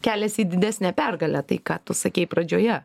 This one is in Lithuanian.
kelias į didesnę pergalę tai ką tu sakei pradžioje